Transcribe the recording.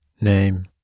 name